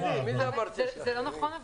--- זה לא נכון.